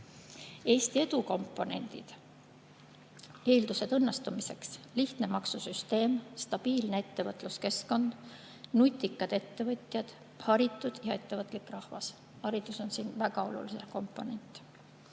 "Eesti edukomponendid". Eeldused õnnestumiseks: lihtne maksusüsteem, stabiilne ettevõtluskeskkond, nutikad ettevõtjad, haritud ja ettevõtlik rahvas. Haridus on siin väga oluline komponent.